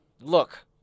Look